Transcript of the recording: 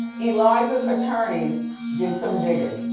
eliza's attorneys did some digging